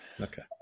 Okay